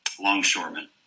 longshoremen